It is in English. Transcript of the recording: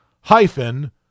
hyphen